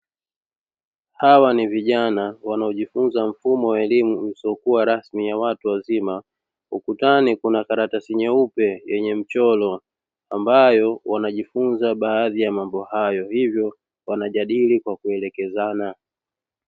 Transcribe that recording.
Hawa ni vijana wanaojifunza mfumo wa elimu usiokuwa rasmi wa watu wazima, ukutani kuna karatasi nyeupe yenye mchoro ambayo wanajifunza baadhi ya mambo hayo; hivyo wanajadili kwa kuelekezana.